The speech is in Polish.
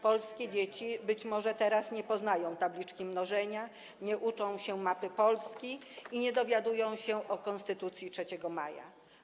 Polskie dzieci być może teraz nie poznają tabliczki mnożenia, nie uczą się mapy Polski i nie dowiadują się o Konstytucji 3 maja.